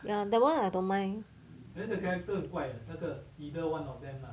ya that [one] I don't mind